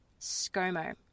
ScoMo